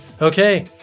Okay